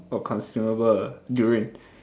for consumable ah during